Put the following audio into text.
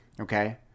okay